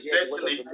Destiny